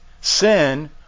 sin